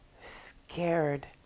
Scared